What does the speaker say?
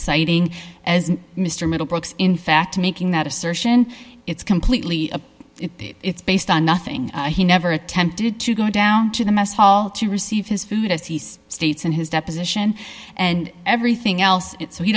citing as mr middlebrooks in fact making that assertion it's completely a it's based on nothing he never attempted to go down to the mess hall to receive his food as he states in his deposition and everything else so he